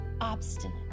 obstinate